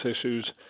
issues